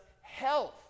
health